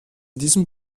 dieses